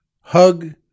Hug